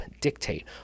dictate